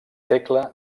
tecla